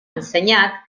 ensenyat